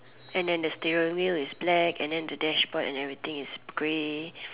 and then the sterile wheel is black and then the dashboard and everything is grey